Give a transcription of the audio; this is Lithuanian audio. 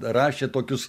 rašė tokius